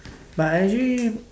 but actually